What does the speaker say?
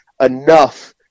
enough